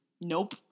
Nope